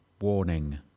Warning